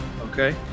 Okay